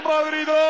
Madrid